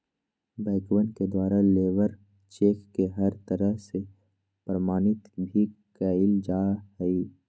बैंकवन के द्वारा लेबर चेक के हर तरह से प्रमाणित भी कइल जा हई